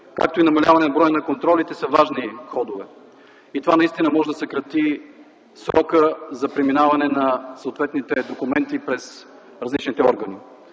както и намаляване броя на контролите, са важни ходове. Това наистина може да съкрати срокът за преминаване на съответните документи през различните органи.